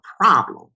problem